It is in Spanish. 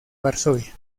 varsovia